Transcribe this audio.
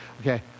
okay